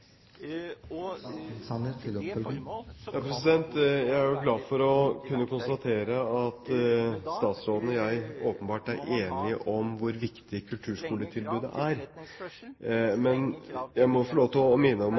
Jeg er glad for å kunne konstatere at statsråden og jeg åpenbart er enige om hvor viktig kulturskoletilbudet er. Men jeg må få lov til å minne om